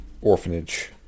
orphanage